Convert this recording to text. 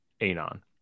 anon